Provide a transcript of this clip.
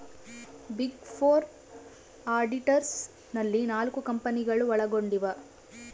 big four auditors ನಲ್ಲಿ ನಾಲ್ಕು ಕಂಪನಿಗಳು ಒಳಗೊಂಡಿವ